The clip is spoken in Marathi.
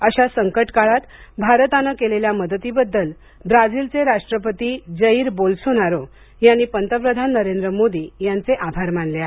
अशा संकट काळात भारताने केलेल्या मदतीबद्दल ब्राझीलचे राष्ट्रपती जईर बोल्सोनारो यांनी पंतप्रधान नरेंद्र मोदी यांचे आभार मानले आहेत